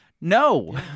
no